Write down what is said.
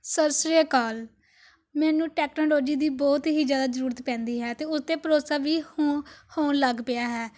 ਸਤਿ ਸ਼੍ਰੀ ਅਕਾਲ ਮੈਨੂੰ ਟੈਕਨੋਲੋਜੀ ਦੀ ਬਹੁਤ ਹੀ ਜ਼ਿਆਦਾ ਜ਼ਰੂਰਤ ਪੈਂਦੀ ਹੈ ਅਤੇ ਉਸ 'ਤੇ ਭਰੋਸਾ ਵੀ ਹੋ ਹੋਣ ਲੱਗ ਪਿਆ ਹੈ